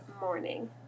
morning